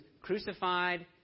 crucified